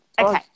Okay